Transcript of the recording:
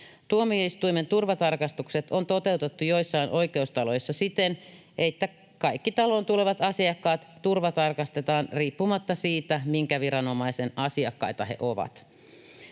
Tuomioistuimen turvatarkastukset on toteutettu joissain oikeustaloissa siten, että kaikki taloon tulevat asiakkaat turvatarkastetaan riippumatta siitä, minkä viranomaisen asiakkaita he ovat.